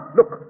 Look